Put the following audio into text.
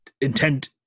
intent